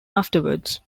afterwards